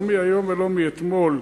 לא מהיום ולא מאתמול,